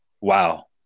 Wow